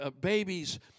babies